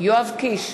יואב קיש,